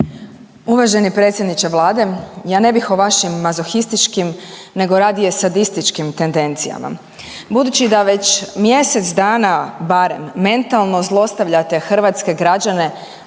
Uvaženi predsjedniče Vlade. Ja ne bih o vašim mazohističkim nego radije sadističkim tendencijama. Budući da već mjesec dana barem mentalno zlostavljate hrvatske građane